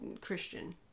Christian